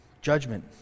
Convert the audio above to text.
Judgment